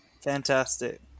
Fantastic